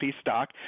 stock